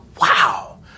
wow